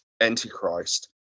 Antichrist